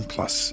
Plus